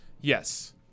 Yes